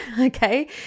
okay